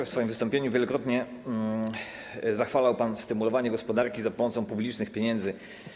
W swoim wystąpieniu wielokrotnie zachwalał pan stymulowanie gospodarki za pomocą publicznych pieniędzy.